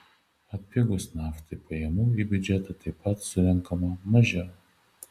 atpigus naftai pajamų į biudžetą taip pat surenkama mažiau